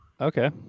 Okay